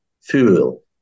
fuel